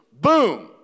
boom